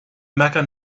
mecca